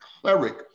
cleric